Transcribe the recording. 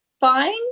fine